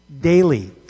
daily